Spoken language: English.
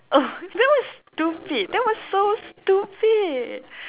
oh that was stupid that was so stupid